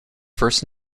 first